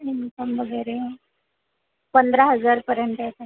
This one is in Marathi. इन्कम वगैरे पंधरा हजारपर्यंत आहे सर